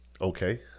Okay